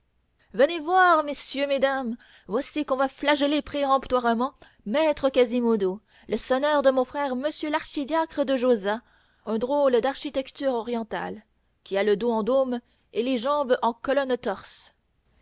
venez voir messieurs mesdames voici qu'on va flageller péremptoirement maître quasimodo le sonneur de mon frère monsieur l'archidiacre de josas un drôle d'architecture orientale qui a le dos en dôme et les jambes en colonnes torses